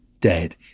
dead